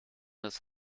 des